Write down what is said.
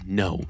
no